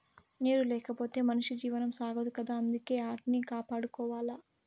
నీరు లేకపోతె మనిషి జీవనం సాగదు కదా అందుకే ఆటిని కాపాడుకోవాల